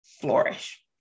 flourish